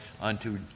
unto